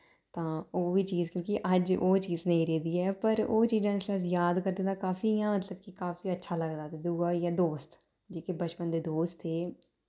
तां ओह् बी चीज क्यूंकि अज्ज ओह चीज नेईं रेहदी ऐ पर ओह् चीजां जिसलै अस याद करदे तां काफी इ'यां मतलब कि काफी अच्छा लगदा ते दुआ होई गेआ दोस्त जेह्के बचपन दे दोस्त हे